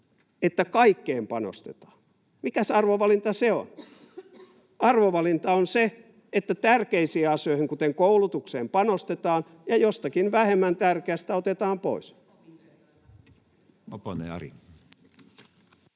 että kaikkeen panostetaan — mikäs arvovalinta se on? Arvovalinta on, että tärkeisiin asioihin, kuten koulutukseen, panostetaan ja jostakin vähemmän tärkeästä otetaan pois.